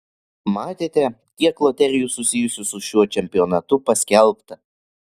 matėte kiek loterijų susijusių su šiuo čempionatu paskelbta